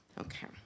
Okay